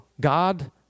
God